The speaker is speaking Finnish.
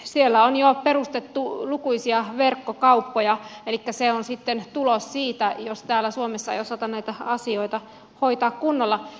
siellä on jo perustettu lukuisia verkkokauppoja elikkä se on sitten tulos siitä jos täällä suomessa ei osata näitä asioita hoitaa kunnolla